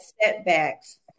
setbacks